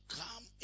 come